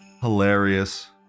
Hilarious